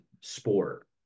sport